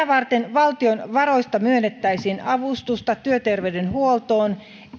varten valtion varoista myönnettäisiin avustusta työterveyshuoltoon